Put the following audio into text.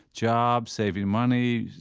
jobs, saving money,